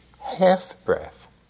half-breath